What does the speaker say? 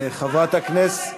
חברת הכנסת,